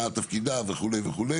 מה תפקידה וכו',